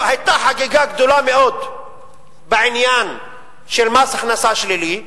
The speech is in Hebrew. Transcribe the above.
היתה חגיגה גדולה מאוד בעניין מס הכנסה שלילי,